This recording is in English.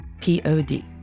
P-O-D